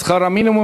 שכר מינימום